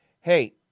Hey